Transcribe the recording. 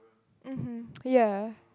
mmhmm ya